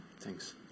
Thanks